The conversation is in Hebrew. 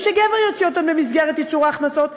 שגבר יוציא אותן במסגרת ייצור ההכנסות,